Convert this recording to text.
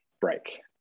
break